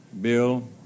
bill